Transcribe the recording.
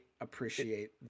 appreciate